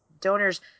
donors